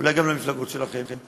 אולי גם למפלגות שלכם.